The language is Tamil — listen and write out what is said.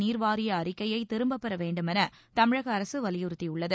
நீர்வாரிய ஆய்வறிக்கையை திரும்பப் பெற வேண்டுமென தமிழக அரசு வலியுறுத்தியுள்ளது